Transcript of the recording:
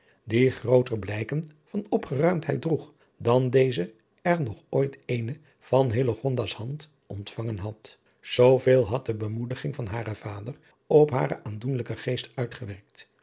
die grooter blijken van opgeruimdheid droeg dan deze er nog ooit eenen van hillegonda's hand ontvangen had zooveel had de bemoediging van haren vader op haren aandoenlijken geest uitgewerkt